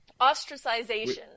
ostracization